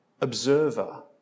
observer